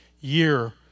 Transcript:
year